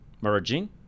Merging